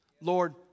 Lord